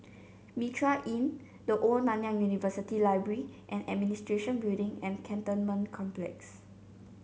Mitraa Inn The Old Nanyang University Library and Administration Building and Cantonment Complex